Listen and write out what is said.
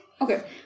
okay